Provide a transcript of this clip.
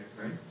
right